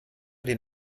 den